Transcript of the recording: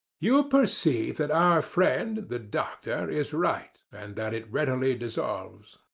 you perceive that our friend, the doctor, is right, and that it readily dissolves.